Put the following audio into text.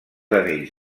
anells